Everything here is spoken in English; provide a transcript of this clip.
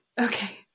Okay